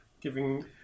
giving